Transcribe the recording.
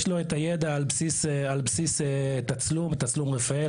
יש לו את הידע על בסיס תצלום רפאל,